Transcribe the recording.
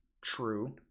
True